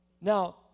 Now